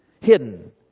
hidden